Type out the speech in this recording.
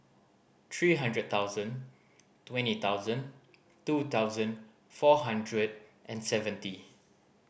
three hundred thousand twenty thousand two thousand four hundred and seventy